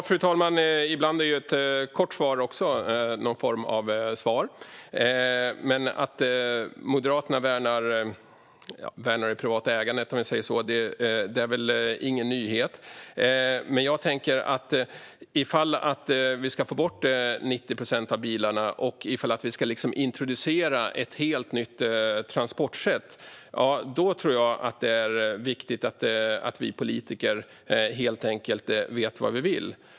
Fru talman! Ibland är ett kort svar också någon form av svar. Men att Moderaterna värnar det privata ägandet, om vi säger så, är väl ingen nyhet. Om vi ska få bort 90 procent av bilarna och introducera ett helt nytt transportsätt tror jag att det är viktigt att vi politiker vet vad vi vill.